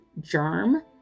germ